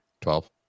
Twelve